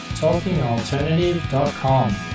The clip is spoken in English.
talkingalternative.com